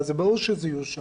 ברור שזה יאושר.